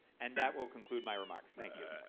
and that will conclude my remarks. thank you.